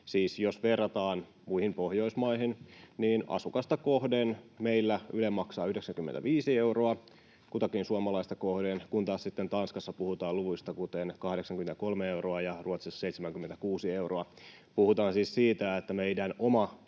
jos verrataan muihin Pohjoismaihin, niin meillä Yle maksaa 95 euroa kutakin suomalaista kohden, kun taas Tanskassa puhutaan luvuista kuten 83 euroa ja Ruotsissa 76 euroa. Puhutaan siis siitä, että meidän oma